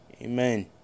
Amen